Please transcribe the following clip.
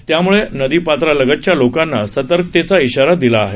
यामुळे नदीपात्रालगतच्या लोकांना सतर्कतेचा इशारा दिला आहे